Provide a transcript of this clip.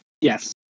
Yes